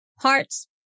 parts